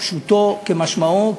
פשוט כמשמעו,